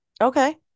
Okay